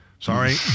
Sorry